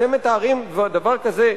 אתם מתארים דבר כזה,